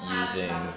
using